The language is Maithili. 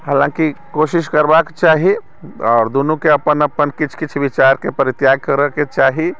हालाँकि कोशिश करबाके चाही आओर दुनूके अपन अपन किछु किछु विचारके परित्याग करऽके चाही